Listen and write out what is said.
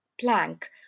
plank